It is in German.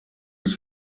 des